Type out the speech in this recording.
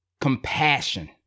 compassion